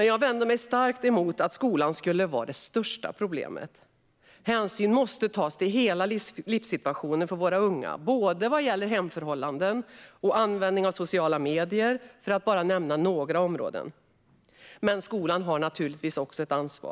Jag vänder mig dock starkt emot att skolan skulle vara det största problemet. Hänsyn måste tas till hela livssituationen för våra unga, inklusive hemförhållanden och användning av sociala medier för att bara nämna några områden. Men skolan har naturligtvis också ett ansvar.